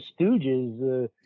Stooges